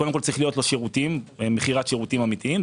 קודם כול צריכה להיות לו מכירת שירותים אמיתיים.